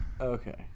Okay